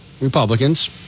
Republicans